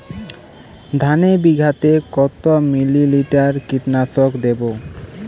ধানে বিঘাতে কত মিলি লিটার কীটনাশক দেবো?